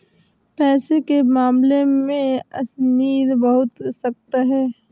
पैसे के मामले में अशनीर बहुत सख्त है